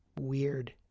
Weird